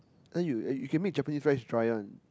and you you can make Japanese rice dry [one]